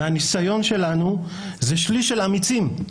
מהניסיון שלנו זה שליש של אמיצים,